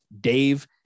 Dave